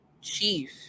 chief